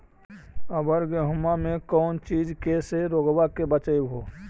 अबर गेहुमा मे कौन चीज के से रोग्बा के बचयभो?